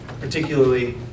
particularly